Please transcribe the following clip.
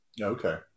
Okay